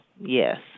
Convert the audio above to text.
Yes